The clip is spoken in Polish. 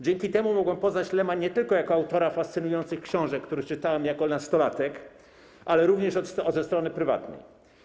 Dzięki temu mogłem poznać Lema nie tylko jako autora fascynujących książek, które czytałem jako nastolatek, ale również od strony prywatnej.